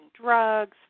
drugs